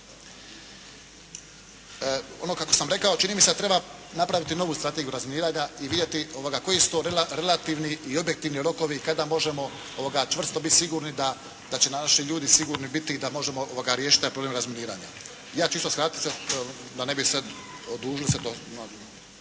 Ono kako sam rekao, čini mi se da treba napraviti novu strategiju razminiranja i vidjeti koji su to relativni i objektivni rokovi kada možemo čvrsto biti sigurni da će naši ljudi sigurni biti i da možemo riješiti taj problem razminiranja. Ja ću isto skratiti da ne bi sad odužili se,